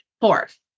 Fourth